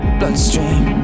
bloodstream